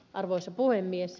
arvoisa puhemies